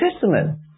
Testament